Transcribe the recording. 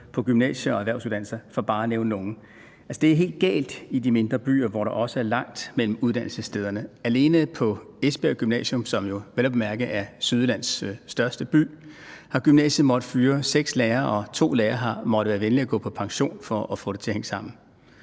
på gymnasier og erhvervsuddannelser, for bare at nævne nogle. Altså, det er helt galt i de mindre byer, hvor der også er langt mellem uddannelsesstederne. Alene på Esbjerg Gymnasium, og Esbjerg er jo vel at mærke Sydjyllands største by, har gymnasiet måttet fyre seks lærere, og to lærere har måttet vælge at gå på pension for at få det til at hænge sammen.